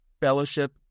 Fellowship